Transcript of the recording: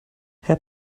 herr